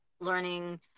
learning